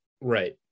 Right